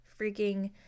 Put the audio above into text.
freaking